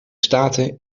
staten